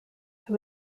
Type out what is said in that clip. who